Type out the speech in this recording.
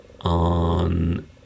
on